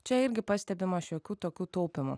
čia irgi pastebima šiokių tokių taupymų